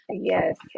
Yes